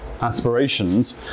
aspirations